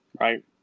Right